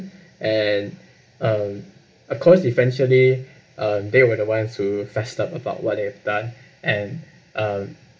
and um of course eventually um they were the ones who fessed up about what they've done and uh